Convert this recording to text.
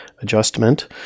adjustment